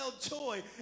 joy